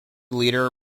leader